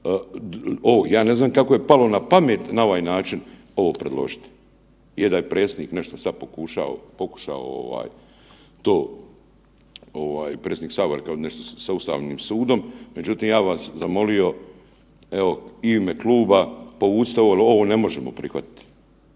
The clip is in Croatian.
ovo, ja ne znam kako je palo na pamet na ovaj način ovo predložiti. Je da je predsjednik nešto sad pokušao to, predsjednik Sabora kao nešto sa Ustavnim sudom, međutim, ja bih vas zamolio evo, i u ime kluba, povucite ovo jer ovo ne možemo prihvatiti.